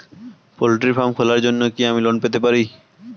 Poultry farm খোলার জন্য কি আমি লোন পেতে পারি?